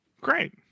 Great